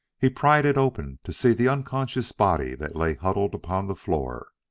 he pried it open to see the unconscious body that lay huddled upon the floor.